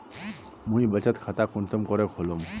मुई बचत खता कुंसम करे खोलुम?